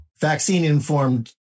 vaccine-informed